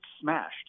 smashed